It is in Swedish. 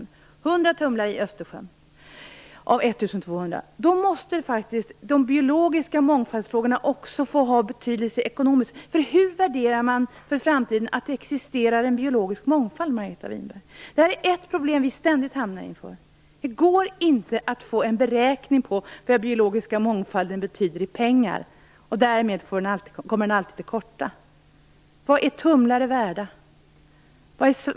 Det handlar om hundra tumlare i Östersjön av 1 200. Då måste frågan om biologisk mångfald också få ha betydelse ekonomiskt. Hur värderar man för framtiden att det existerar en biologisk mångfald, Margareta Winberg? Det är ett problem vi ständigt hamnar inför. Det går inte att få en beräkning på vad den biologiska mångfalden betyder i pengar. Därmed kommer den alltid till korta. Vad är tumlare värda?